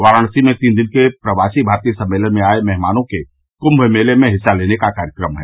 वाराणसी में तीन दिन के प्रवासी भारतीय सम्मेलन में आए मेहमानों के कृंष मेले में हिस्सा लेने का कार्यक्रम है